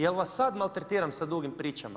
Jel' vas sad maltretiram sa dugim pričama?